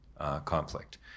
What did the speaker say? conflict